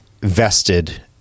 vested